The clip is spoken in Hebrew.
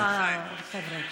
תעשו לי טובה, חבר'ה.